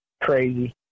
crazy